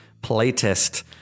playtest